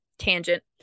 tangent